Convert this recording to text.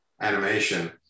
animation